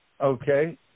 Okay